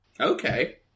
Okay